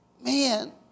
man